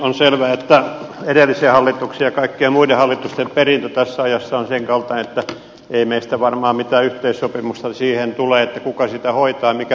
on selvää että edellisen hallituksen ja kaikkien muiden hallitusten perintö tässä ajassa on senkaltainen että ei varmaan mitään yhteissopimusta siitä tule kuka sitä hoitaa mikä perintö jätettiin